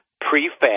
prefab